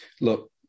look